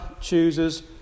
chooses